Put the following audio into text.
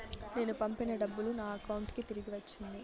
నేను పంపిన డబ్బులు నా అకౌంటు కి తిరిగి వచ్చింది